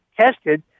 tested